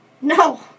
No